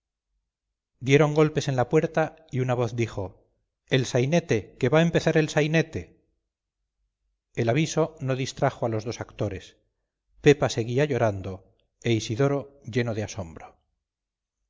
dieron golpes en la puerta y una voz dijo el sainete que va a empezar el sainete el aviso no distrajo a los dos actores pepa seguía llorando e isidoro lleno de asombro